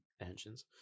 engines